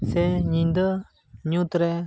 ᱥᱮ ᱧᱤᱫᱟᱹ ᱧᱩᱛ ᱨᱮ